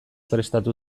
prestatu